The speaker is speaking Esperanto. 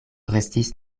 restis